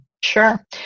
Sure